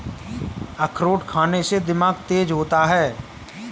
अखरोट खाने से दिमाग तेज होता है